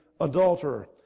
adulterer